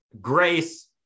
grace